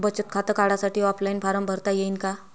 बचत खातं काढासाठी ऑफलाईन फारम भरता येईन का?